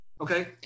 Okay